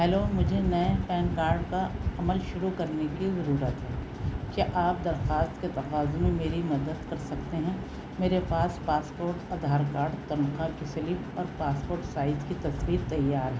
hello مجھے نئے PAN card کا عمل شروع کرنے کی ضرورت ہے کیا آپ درخواست کے تقاضوں میں میری مدد کر سکتے ہیں میرے پاس پاسپورٹ آدھار کارڈ تنخواہ کی سلپ اور پاسپورٹ سائز کی تصویر تیار ہے